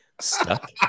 stuck